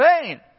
pain